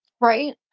right